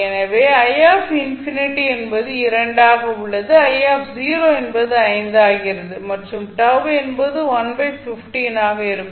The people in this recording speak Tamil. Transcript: எனவே என்பது 2 ஆக உள்ளது என்பது 5 ஆகிறது மற்றும் τ என்பது 1 15 ஆக இருக்கும்